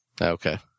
okay